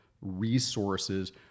resources